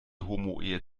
homoehe